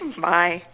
bye